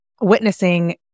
witnessing